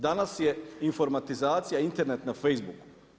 Danas je informatizacije, interneta na Facebooku.